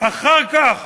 אחר כך